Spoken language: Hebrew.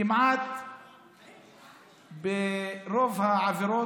כמעט ברוב העבירות,